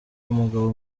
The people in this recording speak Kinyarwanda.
umugabo